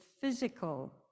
physical